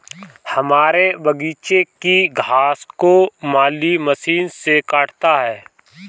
हमारे बगीचे की घास को माली मशीन से काटता है